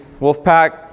Wolfpack